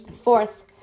Fourth